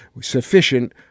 sufficient